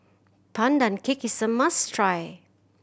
Pandan Cake is a must try